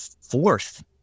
fourth